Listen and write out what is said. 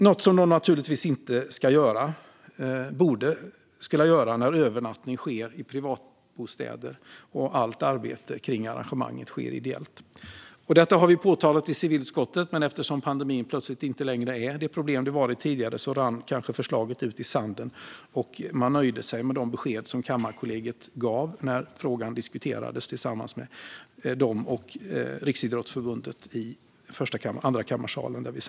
Det ska de naturligtvis inte behöva göra när övernattning sker i privatbostäder och allt arbete kring arrangemanget sker ideellt. Detta har vi påtalat i civilutskottet, men eftersom pandemin plötsligt inte längre är det problem den varit tidigare rann kanske förslaget ut i sanden. Man nöjde sig med de besked som Kammarkollegiet gav när vi diskuterade frågan i Andrakammarsalen tillsammans med dem och Riksidrottsförbundet.